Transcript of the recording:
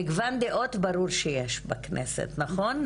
מגוון דעות ברור שיש בכנסת, נכון?